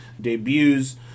debuts